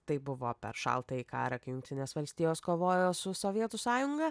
taip buvo per šaltąjį karą kai jungtinės valstijos kovojo su sovietų sąjunga